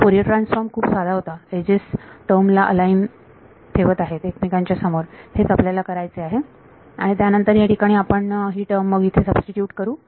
Fourier transform खूप साधा होता एजेस टर्म ना अलाईन ठेवत आहेत एकमेकांच्या समोर हेच आपल्याला करायचं आहे आणि त्यानंतर या ठिकाणी आपण ही टर्म मग इथे सबस्टीट्यूट करू